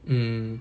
mm